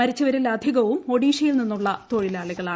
മരിച്ചവരിൽ അധികവും ഒഡീഷയിൽ നിന്നുള്ള തൊഴിലാളികളാണ്